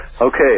Okay